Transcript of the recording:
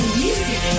music